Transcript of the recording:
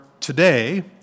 today